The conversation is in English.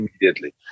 immediately